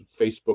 facebook